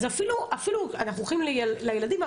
אנחנו הולכים לילדים,